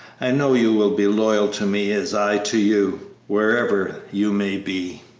i know you will be loyal to me as i to you, wherever you may be.